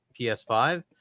ps5